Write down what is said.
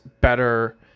better